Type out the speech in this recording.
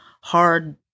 hard